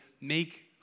make